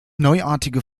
neuartige